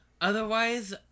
Otherwise